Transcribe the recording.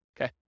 Okay